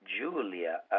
Julia